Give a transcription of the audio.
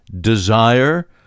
desire